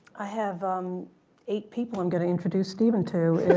i have um eight people i'm going to introduce steven to